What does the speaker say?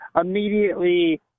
immediately